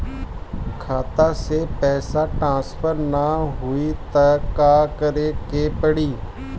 खाता से पैसा ट्रासर्फर न होई त का करे के पड़ी?